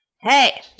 Hey